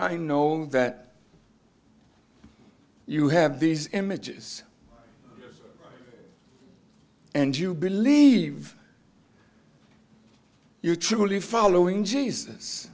i know that you have these images and you believe you truly following jesus